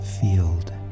field